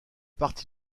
partie